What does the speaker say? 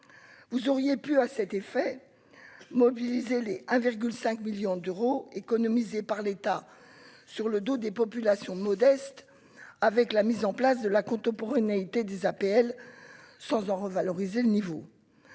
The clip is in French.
vous auriez pu à cet effet, mobiliser les un virgule 5 millions d'euros économisés par l'État sur le dos des populations modestes avec la mise en place de la côte pour été des APL, sans en revaloriser le niveau